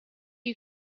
you